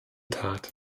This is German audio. tat